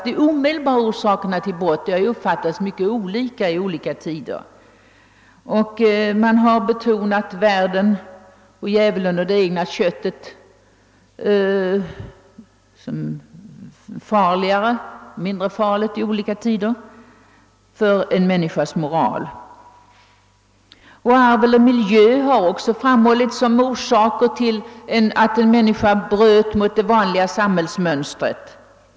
De omedelbara orsakerna till brott har uppfattats mycket olika under olika tider. Världen, djävulen och det egna köttet har ansetts vara mer eller mindre farliga för en människas moral. Arvet och miljön har också olika starkt betonats som orsaker till att en människa bryter mot det vanliga samhällsmönstret.